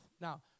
Now